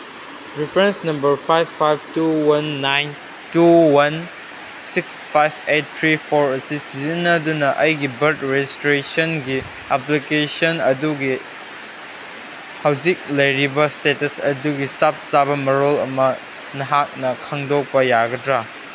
reference number five five two one nine two one six five eight three four ꯑꯁꯤ ꯁꯤꯖꯤꯟꯅꯗꯨꯅ ꯑꯩꯒꯤ birth ꯔꯦꯖꯤꯁꯇ꯭ꯔꯦꯁꯟꯒꯤ application ꯑꯗꯨꯒꯤ ꯍꯧꯖꯤꯛ ꯂꯩꯔꯤꯕ ꯏꯁꯇꯦꯇꯁ ꯑꯗꯨꯒꯤ ꯆꯞ ꯆꯥꯕ ꯃꯔꯣꯜ ꯑꯃ ꯅꯍꯥꯛꯅ ꯈꯪꯗꯣꯛꯄ ꯌꯥꯒꯗ꯭ꯔꯥ